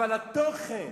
אבל התוכן